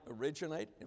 originate